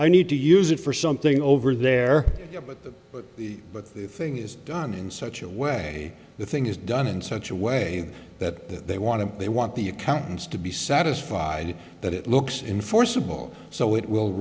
i need to use it for something over there but the but the thing is done in such a way the thing is done in such a way that they want to they want the accountants to be satisfied that it looks in forcible so it will